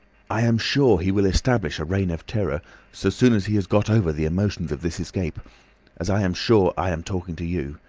i am as sure he will establish a reign of terror so soon as he has got over the emotions of this escape as i am sure i am talking to you.